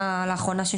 האחרונה.